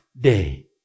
day